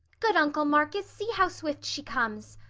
good uncle marcus, see how swift she comes!